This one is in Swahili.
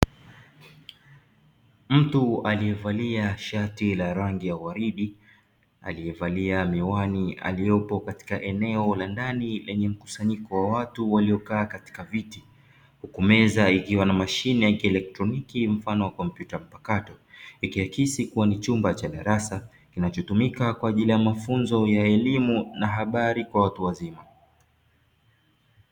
Mtu aliyevalia shati la rangi ya waridi aliyevalia miwani aliyopo katika eneo la ndani lenye mkusanyiko wa watu waliokaa katika viti huku meza ikiwa na mashine ya kielektroniki mfano wa kompyuta mpakato ikiakisi kuwa ni chumba cha darasa kinachotumika kwa ajili ya mafunzo ya elimu na habari kwa watu wazima.